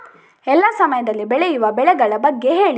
ಎಲ್ಲಾ ಸಮಯದಲ್ಲಿ ಬೆಳೆಯುವ ಬೆಳೆಗಳ ಬಗ್ಗೆ ಹೇಳಿ